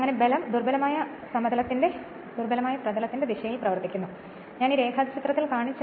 അങ്ങനെ ബലം ദുർബലമായ ഫീൽഡിന്റെ ദിശയിൽ പ്രവർത്തിക്കുന്നു ഞാൻ ഡയഗ്രാമിൽ കാണിച്ചത്